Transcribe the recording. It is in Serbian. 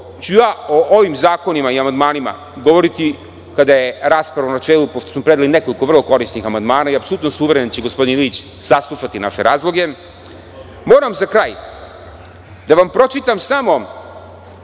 ću o ovim zakonima i amandmanima govoriti kada je rasprava u načelu, pošto smo predali neko vrlo korisnih amandmana i apsolutno sam uveren da će gospodin Ilić saslušati naše razloge, moram za kraj da vam pročitam samo